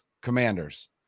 Commanders